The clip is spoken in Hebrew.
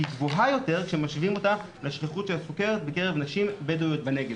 גבוהה יותר כשמשווים אותה לשכיחות הסכרת בקרב נשים בדואיות בנגב.